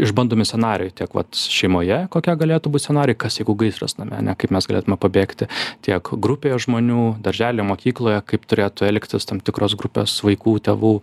išbandomi scenarijai tiek vat šeimoje kokie galėtų būt scenarijai kas jeigu gaisras name ane kaip mes galėtume pabėgti tiek grupėje žmonių daržely mokykloje kaip turėtų elgtis tam tikros grupės vaikų tėvų